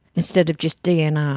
instead of just dnr.